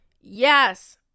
yes